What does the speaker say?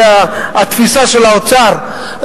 זו התפיסה של האוצר,